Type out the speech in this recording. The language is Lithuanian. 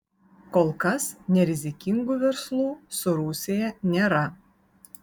kol kas nerizikingų verslų su rusija nėra